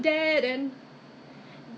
free 的 ya